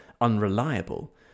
unreliable